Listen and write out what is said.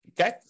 okay